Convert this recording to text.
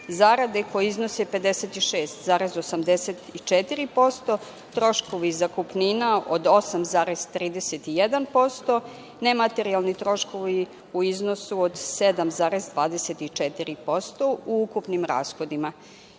zarada koje iznose 56,84%, troškovi i zakupnina od 8,31%, nematerijalni troškovi u iznosu od 7,24% u ukupnim rashodima. Na